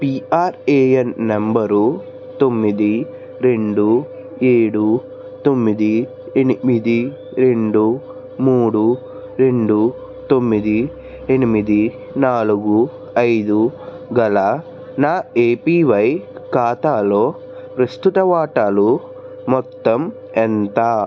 PRAN నంబరు తొమ్మిది రెండు ఏడు తొమ్మిది ఎనిమిది రెండు మూడు రెండు తొమ్మిది ఎనిమిది నాలుగు ఐదు గల నా ఎపివై ఖాతాలో ప్రస్తుత వాటాలు మొత్తం ఎంత